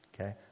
Okay